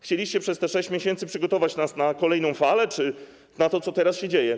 Chcieliście przez te 6 miesięcy przygotować nas na kolejną falę czy na to, co teraz się dzieje.